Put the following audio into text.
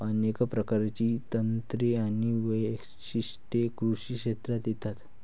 अनेक प्रकारची तंत्रे आणि वैशिष्ट्ये कृषी क्षेत्रात येतात